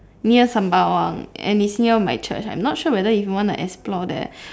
near sembawang and is near my church I'm not sure whether if you want to explore there